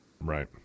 Right